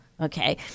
okay